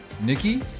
Nikki